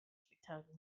spektakel